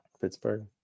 Pittsburgh